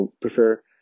prefer